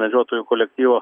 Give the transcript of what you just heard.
medžiotojų kolektyvo